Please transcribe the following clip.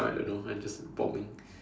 no I don't know I just bombing